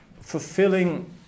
fulfilling